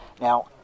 Now